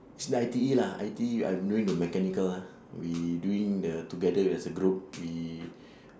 say I_T_E lah I_T_E I'm doing the mechanical ah we doing the together as a group we